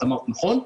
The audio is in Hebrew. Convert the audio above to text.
את אמרת נכון.